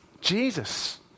Jesus